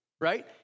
right